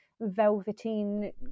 velveteen